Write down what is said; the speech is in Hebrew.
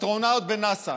אסטרונאוט בנאס"א.